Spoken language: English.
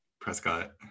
Prescott